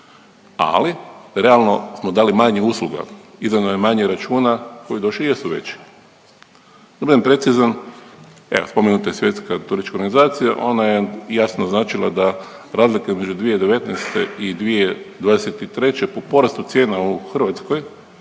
ali realno smo dali manje usluga, izdano je manje računa koji doduše jesu veći. Da budem precizan, evo spomenuta je Svjetska turistička organizacija, ona je jasno naznačila da razlika između 2019. i 2023. po porastu cijena u Hrvatskoj